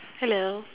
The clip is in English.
hello